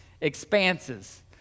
expanses